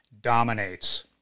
dominates